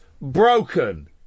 broken